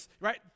right